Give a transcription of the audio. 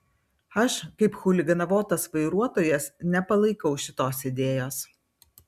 aš kaip chuliganavotas vairuotojas nepalaikau šitos idėjos